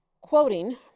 Quoting